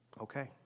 okay